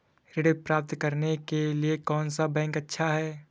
ऋण प्राप्त करने के लिए कौन सा बैंक अच्छा है?